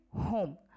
home